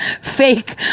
fake